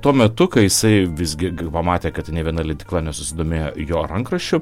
tuo metu kai jisai visgi pamatė kad nė viena leidykla nesusidomėjo jo rankraščiu